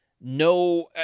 no